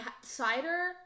cider